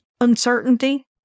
uncertainty